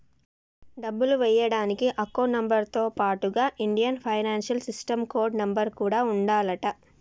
డబ్బులు ఎయ్యడానికి account number తో పాటుగా Indian financial system code number కూడా ఉండాలంట